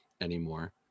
anymore